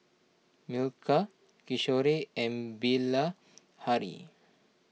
Milkha Kishore and Bilahari